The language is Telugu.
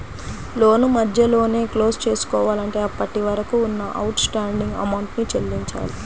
లోను మధ్యలోనే క్లోజ్ చేసుకోవాలంటే అప్పటివరకు ఉన్న అవుట్ స్టాండింగ్ అమౌంట్ ని చెల్లించాలి